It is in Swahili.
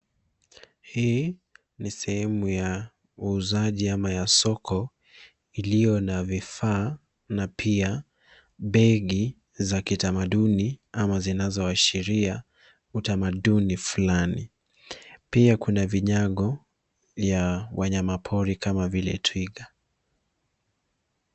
Hii ni sehemu ya uuzaji ama ya soko iliyo na vifaa na pia begi za kitamaduni ama zinazoashiria utamaduni fulani. Pia kuna vinyago ya wanyamapori kama vile twiga.